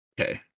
Okay